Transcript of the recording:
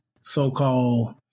so-called